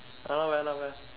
not bad not bad